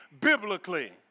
biblically